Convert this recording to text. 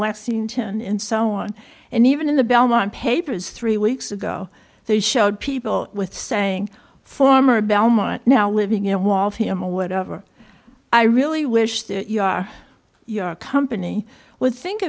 lexington and so on and even in the belmont papers three weeks ago they showed people with saying former belmont now living in wall him or whatever i really wish your company would think